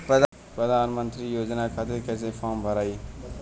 प्रधानमंत्री योजना खातिर कैसे फार्म भराई?